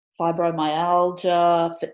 fibromyalgia